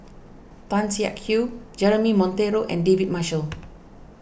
Tan Siak Kew Jeremy Monteiro and David Marshall